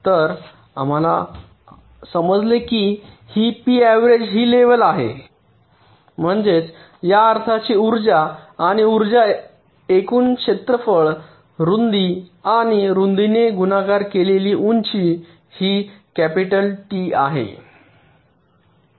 तर आम्हाला समजले की ही पी अव्हरेज ही लेवल आहे म्हणजेच या आयताची उर्जा आणि उर्जा एकूण क्षेत्रफळ रुंदी आणि रुंदीने गुणाकार केलेली उंची ही कॅपिटल टी आहे